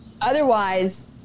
otherwise